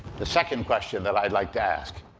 the second question that i'd like to ask,